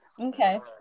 okay